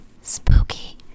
spooky